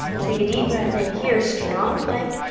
take a deep breath in here, strong plank,